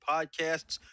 Podcasts